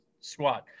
squad